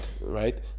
right